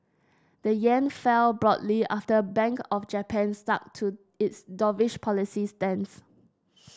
the yen fell broadly after the Bank of Japan stuck to its dovish policy stance